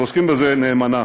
ועוסקים בזה נאמנה.